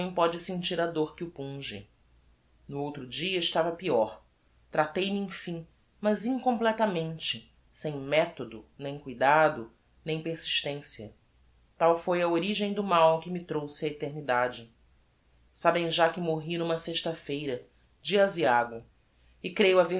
pode sentir a dor que o punge no outro dia estava peor tratei me emfim mas incompletamente sem methodo nem cuidado nem persistencia tal foi a origem do mal que me trouxe á eternidade sabem ja que morri n'uma sexta feira dia aziago e creio